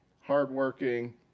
hardworking